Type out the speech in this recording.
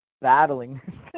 Battling